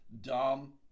dumb